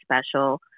special